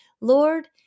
Lord